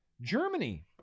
Germany